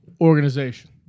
organization